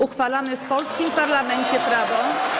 Uchwalamy w polskim parlamencie prawo.